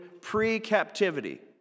pre-captivity